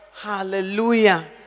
Hallelujah